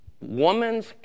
woman's